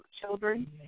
children